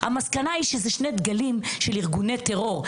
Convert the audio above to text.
המסקנה היא שזה שני דגלים של ארגוני טרור,